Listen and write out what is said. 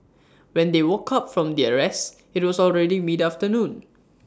when they woke up from their rest IT was already mid afternoon